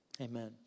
Amen